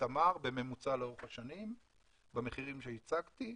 מתמר בממוצע לאורך השנים במחירים שהצגתי,